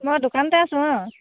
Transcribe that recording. মই দোকানতে আছোঁ অঁ